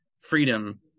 freedom